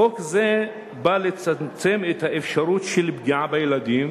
חוק זה בא לצמצם את האפשרות של פגיעה בילדים